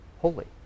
holy